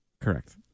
Correct